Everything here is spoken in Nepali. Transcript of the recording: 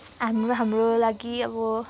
हामी हाम्रो लागि अब